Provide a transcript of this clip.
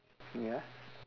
ya